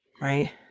right